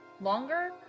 longer